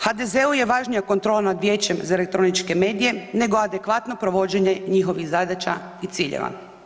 HDZ-u je važnija kontrola nad vijećem za elektroničke medije nego adekvatno provođenje njihovih zadaća i ciljeva.